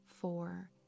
four